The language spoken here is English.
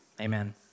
Amen